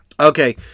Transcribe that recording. Okay